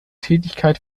tätigkeit